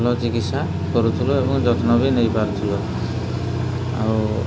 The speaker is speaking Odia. ଭଲ ଚିକିତ୍ସା କରୁଥିଲୁ ଏବଂ ଯତ୍ନ ବି ନେଇପାରୁଥିଲୁ ଆଉ